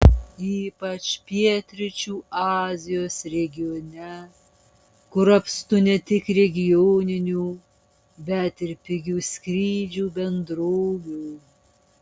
ypač pietryčių azijos regione kur apstu ne tik regioninių bet ir pigių skrydžių bendrovių